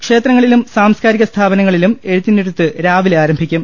ക്ഷേത്ര ങ്ങളിലും സാംസ്കാരിക സ്ഥാപനങ്ങളിലും എഴുത്തിനിരുത്ത് രാവിലെ ആരംഭി ക്കും